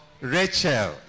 Rachel